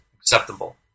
acceptable